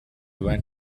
went